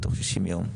בתוך שישים יום.